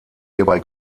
hierbei